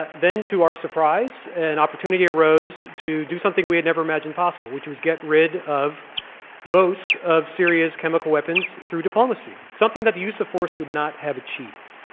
but then to our surprise, an opportunity arose to do something we had never imagined possible, which was get rid of most of syria's chemical weapons through diplomacy, something that the use of force would not have achieved.